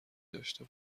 داشته